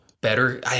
better